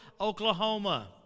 Oklahoma